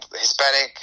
Hispanic